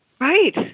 Right